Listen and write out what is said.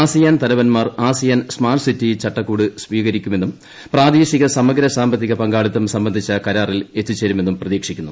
ASEAN തലവൻമാർ ASEAN smart city ചട്ടക്കൂട് സ്വീകരിക്കുമെന്നും പ്രാദേശിക സമഗ്ര സാമ്പത്തിക പങ്കാളിത്തം സംബന്ധിച്ച കരാറിലെത്തിച്ചേരുമെന്നും പ്രതീക്ഷിക്കുന്നു